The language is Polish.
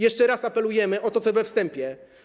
Jeszcze raz apelujemy o to, co we wstępie.